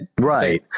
Right